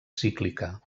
cíclica